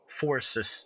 forces